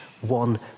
one